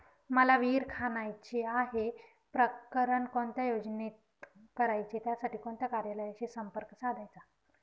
मला विहिर खणायची आहे, प्रकरण कोणत्या योजनेत करायचे त्यासाठी कोणत्या कार्यालयाशी संपर्क साधायचा?